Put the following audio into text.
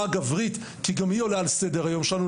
הגברית כי גם היא עולה על סדר היום שלנו,